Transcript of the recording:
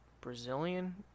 Brazilian